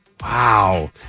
Wow